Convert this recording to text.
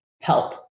help